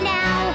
now